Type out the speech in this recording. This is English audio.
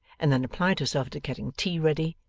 and then applied herself to getting tea ready,